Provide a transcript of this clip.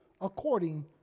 according